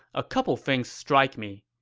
a couple things strike me.